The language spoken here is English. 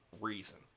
reason